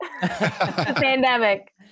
pandemic